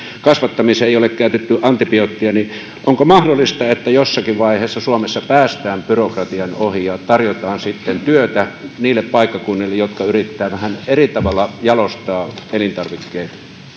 kasvattamiseen ei ole käytetty antibiootteja onko mahdollista että jossakin vaiheessa suomessa päästään byrokratian ohi ja tarjotaan työtä niille paikkakunnille jotka yrittävät vähän eri tavalla jalostaa elintarvikkeita